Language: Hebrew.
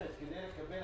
שבצה"ל